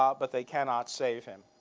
um but they cannot save him.